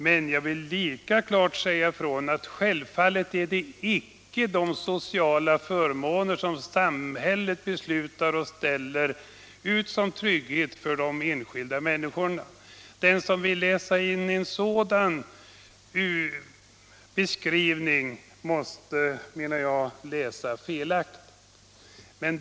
Men jag vill klart säga ifrån, att kritiken självfallet icke avser de sociala förmåner som samhället beslutar och ställer ut som trygghet för de enskilda människorna. Den som vill läsa in något sådant i utskottets skrivning måste, menar jag, läsa felaktigt.